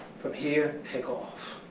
from here, take off.